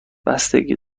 بستگی